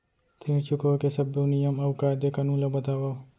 ऋण चुकाए के सब्बो नियम अऊ कायदे कानून ला बतावव